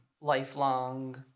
lifelong